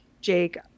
jake